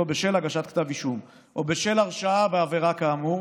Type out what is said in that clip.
בשל הגשת כתב אישום או בשל הרשעה בעבירה כאמור,